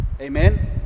Amen